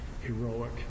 heroic